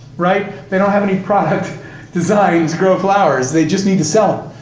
right? they don't have any product design to grow flowers, they just need to sell them.